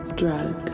drug